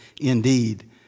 indeed